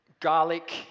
Garlic